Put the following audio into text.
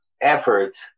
efforts